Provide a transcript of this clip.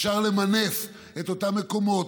אפשר למנף את אותם מקומות,